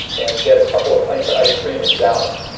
and get a couple of pints of ice cream and down them.